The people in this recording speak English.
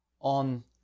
on